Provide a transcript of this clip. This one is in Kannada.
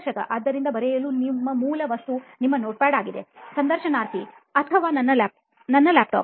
ಸಂದರ್ಶಕಆದ್ದರಿಂದ ಬರೆಯಲು ನಿಮ್ಮ ಮೂಲ ವಸ್ತು ನಿಮ್ಮ ನೋಟ್ಪ್ಯಾಡ್ ಆಗಿದೆ ಸಂದರ್ಶನಾರ್ಥಿ ಅಥವಾ ನನ್ನ laptop